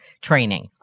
training